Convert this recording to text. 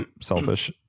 selfish